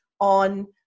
on